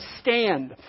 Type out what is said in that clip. stand